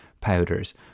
powders